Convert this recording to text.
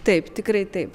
taip tikrai taip